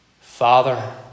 Father